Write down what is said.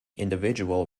individual